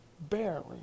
barely